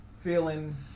feeling